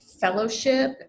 fellowship